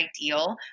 ideal